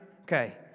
Okay